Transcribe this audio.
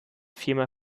viermal